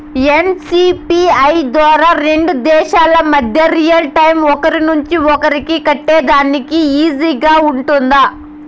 NCPI ద్వారా రెండు దేశాల మధ్య రియల్ టైము ఒకరి నుంచి ఒకరికి కట్టేదానికి ఈజీగా గా ఉంటుందా?